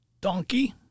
donkey